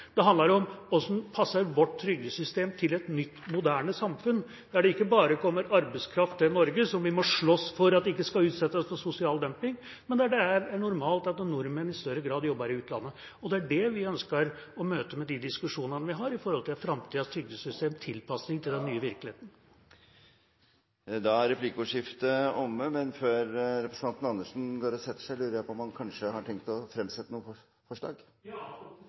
Det handler om hvordan vårt trygdesystem passer til et nytt, moderne samfunn, der det ikke bare kommer arbeidskraft til Norge som vi må slåss for at ikke skal utsettes for sosial dumping, men der det er normalt at nordmenn i større grad jobber i utlandet. Det er det vi ønsker å møte med de diskusjonene vi har når det gjelder framtidas trygdesystems tilpasning til den nye virkeligheten. Replikkordskiftet er omme. Men før representanten Andersen går og setter seg, lurer presidenten på om han kanskje har tenkt å fremsette noen forslag. Ja, opptil fire. Takk for